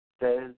says